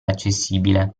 accessibile